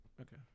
Okay